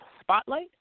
spotlight